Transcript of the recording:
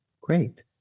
Great